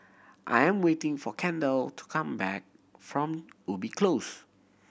I am waiting for Kendell to come back from Ubi Close